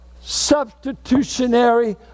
substitutionary